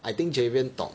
I think Javien 懂